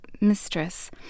mistress